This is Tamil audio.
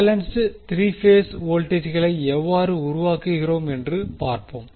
பேலன்ஸ்ட் 3 பேஸ் வோல்டேஜ்களை எவ்வாறு உருவாக்குகிறோம் என்று பார்ப்போம்